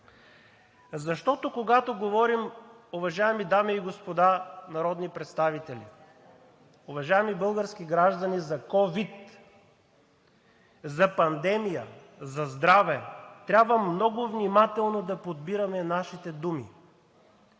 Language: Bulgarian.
Защото, когато говорим, уважаеми дами и господа народни представители, уважаеми български граждани, за ковид, за пандемия, за здраве трябва много внимателно да подбираме нашите думи.